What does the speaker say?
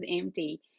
empty